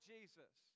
Jesus